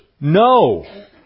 no